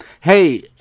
hey